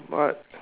but